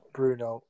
Bruno